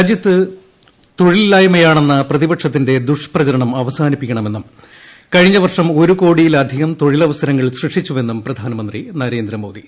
രാജ്യത്ത് തൊഴിലില്ലായ്മയാണെന്ന പ്രതിപക്ഷത്തിന്റെ ദുഷ്പ്രചരണം അവസാനിപ്പിക്കണമെന്നും കഴിഞ്ഞ വർഷം ഒരുകോടിയിലധികം തൊഴിലസവസരങ്ങൾ സൃഷ്ടിച്ചുവെന്നും പ്രധാനമന്ത്രി നരേന്ദ്രമോദി